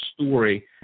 story